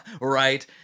right